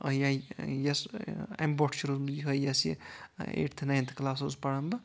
یا یۄس اَمہِ برونٛٹھ چھےٚ روٗزمٕژ یِہوے یۄس یہِ ایٹتھ نانتھ کَلاس اوس پَران بہٕ